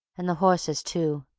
and the horses too,